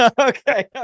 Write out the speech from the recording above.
Okay